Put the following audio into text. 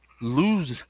lose